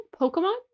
Pokemon